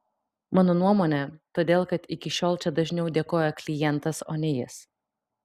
mano nuomone todėl kad iki šiol čia dažniau dėkoja klientas o ne jis